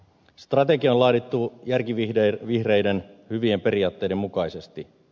strategia on laadittu järkivihreiden hyvien periaatteiden mukaisesti